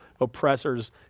oppressors